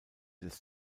des